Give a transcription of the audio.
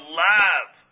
love